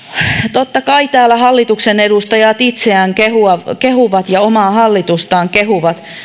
totta kai täällä hallituksen edustajat itseään ja omaa hallitustaan kehuvat